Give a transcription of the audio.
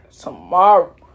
Tomorrow